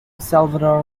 salvador